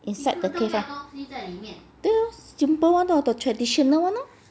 inside the thing ya lor simple [one] lor the traditional [one] lor